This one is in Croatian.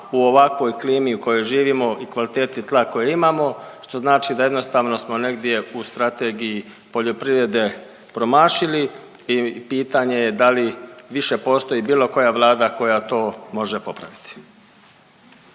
u ovakvoj klimi u kojoj živimo i kvaliteti tla koje imamo, što znači da jednostavno smo negdje u strategiji poljoprivrede promašili i pitanje je da li više postoji bilo koja Vlada koja to može popraviti.